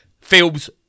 films